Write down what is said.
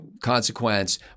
consequence